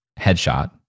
headshot